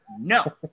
No